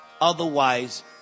Otherwise